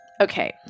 Okay